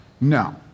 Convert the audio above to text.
No